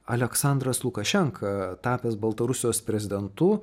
aleksandras lukašenka tapęs baltarusijos prezidentu